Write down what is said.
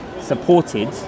supported